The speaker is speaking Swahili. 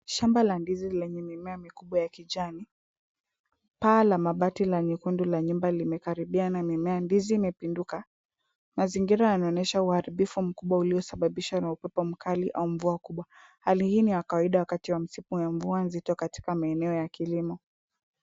Shamba la ndizi lenye mimea mikubwa ya kijani. Paa la mabati la nyekundu la nyumba limekaribia na mimea. Ndizi imepinduka, mazingira yanaonyesha uharibifu mkubwa uliosababishwa na upepo mkali au mvua kubwa. Hali hii ni ya kawaida wakati wa msimu ya mvua nzito katika maeneo ya kilimo.